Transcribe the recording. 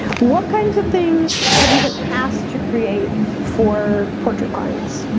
what kinds of things have you been asked to create for portrait clients?